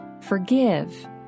forgive